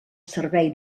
servei